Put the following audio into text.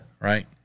Right